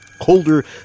Colder